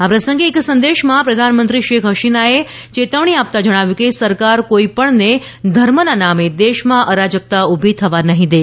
આ પ્રસંગે એક સંદેશમાં પ્રધાનમંત્રી શેખ હસીનાએ ચેતવણી આપતાં જણાવ્યું છે કે સરકાર કોઇપણને ધર્મના નામે દેશમાં અરાજકતા ઉભી થવા નહીં દે